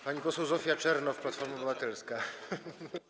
Pani poseł Zofia Czernow, Platforma Obywatelska.